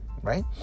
right